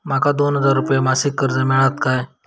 माका दोन हजार रुपये मासिक कर्ज मिळात काय?